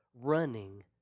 running